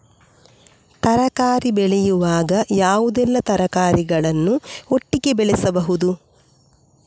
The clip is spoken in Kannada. ತರಕಾರಿ ಬೆಳೆಯುವಾಗ ಯಾವುದೆಲ್ಲ ತರಕಾರಿಗಳನ್ನು ಒಟ್ಟಿಗೆ ಬೆಳೆಸಬಹುದು?